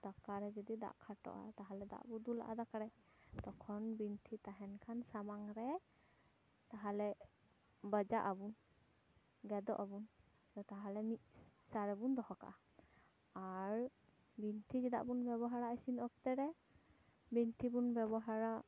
ᱫᱟᱠᱟ ᱨᱮ ᱡᱩᱫᱤ ᱫᱟᱜ ᱠᱷᱟᱴᱚᱜᱼᱟ ᱛᱟᱦᱚᱞᱮ ᱫᱟᱜ ᱵᱚ ᱫᱩᱞᱟᱜᱼᱟ ᱫᱟᱠᱟ ᱨᱮ ᱛᱚᱠᱷᱚᱱ ᱵᱤᱱᱴᱷᱤ ᱛᱟᱦᱮᱱ ᱠᱷᱟᱱ ᱥᱟᱢᱟᱝ ᱨᱮ ᱛᱟᱦᱚᱞᱮ ᱵᱟᱡᱟᱜ ᱟᱵᱚ ᱜᱮᱫᱚᱜ ᱟᱵᱚ ᱛᱟᱦᱚᱞᱮ ᱢᱤᱫᱥᱟ ᱨᱮᱵᱚ ᱫᱚᱦᱚ ᱠᱟᱜᱼᱟ ᱟᱨ ᱵᱤᱱᱴᱷᱤ ᱪᱮᱫᱟᱜ ᱵᱚᱱ ᱵᱮᱵᱚᱦᱟᱨᱟ ᱤᱥᱤᱱ ᱚᱠᱛᱮ ᱨᱮ ᱵᱤᱱᱴᱷᱤ ᱵᱚᱱ ᱵᱮᱵᱚᱦᱟᱨᱟ